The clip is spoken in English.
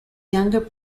younger